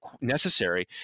necessary